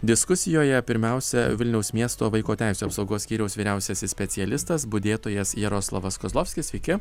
diskusijoje pirmiausia vilniaus miesto vaiko teisių apsaugos skyriaus vyriausiasis specialistas budėtojas jaroslavas kozlovskis sveiki